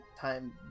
time